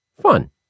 Fun